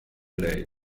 lei